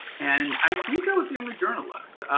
and i think i was the only journalist.